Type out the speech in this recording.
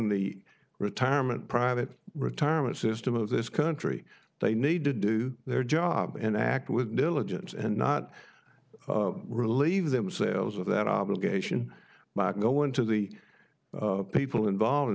the retirement private retirement system of this country they need to do their job and act with diligence and not relieve themselves of that obligation to go into the people involved and